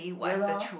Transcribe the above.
ya loh